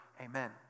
Amen